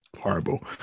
horrible